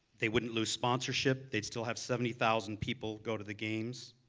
they wouldn't lose sponsorship. they'd still have seventy thousand people go to the games.